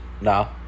No